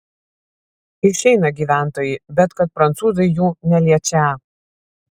išeina gyventojai bet kad prancūzai jų neliečią